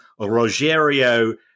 Rogerio